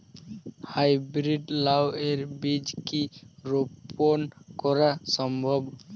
High breed লাও এর বীজ কি রোপন করা সম্ভব?